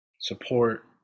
support